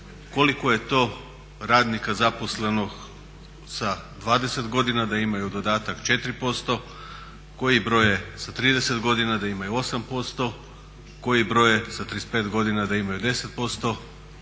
koliko je to radnika zaposleno sa 20 godina da imaju dodatak 4%, koji broj je sa 30 godina da imaju 8%, koji broj je sa 35 godina da imaju 10%